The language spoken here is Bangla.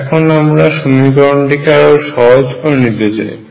এখন আমরা সমীকরণটিকে আরো সহজ করে নিতে চাই